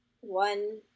one